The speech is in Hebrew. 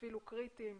אפילו קריטיים,